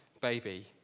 baby